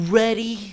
ready